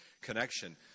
connection